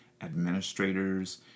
administrators